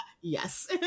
yes